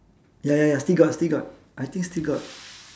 ya ya ya still got still got I think still got